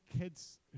kids